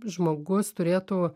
žmogus turėtų